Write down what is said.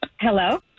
Hello